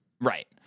Right